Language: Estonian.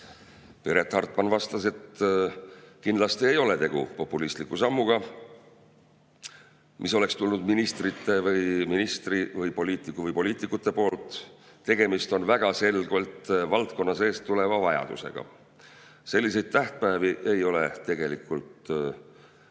Piret Hartman vastas, et kindlasti ei ole tegu populistliku sammuga, mis oleks tulnud ministrilt või ministritelt, poliitikult või poliitikutelt. Tegemist on väga selgelt valdkonna seest tuleva vajadusega. Selliseid tähtpäevi ei ole tegelikult aasta